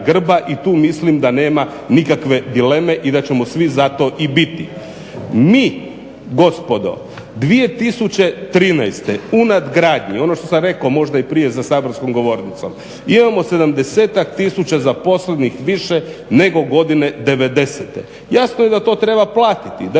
grba i tu mislim da nema nikakve dileme i da ćemo svi zato i biti. Mi gospodo 2013. u nadgradnji, ono što sam rekao možda i prije za saborskom govornicom, imamo 70-ak tisuća zaposlenik više, nego godine 1990. Jasno je da to treba platiti, da